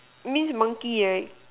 means monkey right